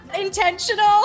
intentional